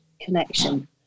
connection